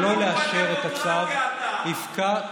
אלוף הדמוקרטיה אתה, הביטחון הגדול.